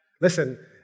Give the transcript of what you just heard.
Listen